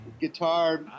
guitar